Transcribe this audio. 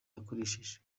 yakoresheje